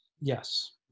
Yes